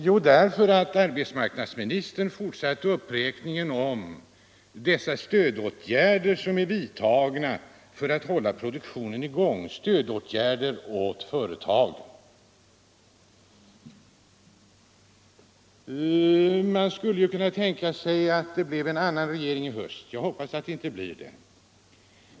Jo, därför att arbetsmarknadsministern fortsatte uppräkningen av de stödåtgärder åt företagen som är vidtagna för att som han säger hålla produktionen i gång. Det var sannerligen inget kraftfullt tal. Man skulle kunna tänka sig att det blir en annan regering i höst efter valet — jag hoppas att det inte blir det.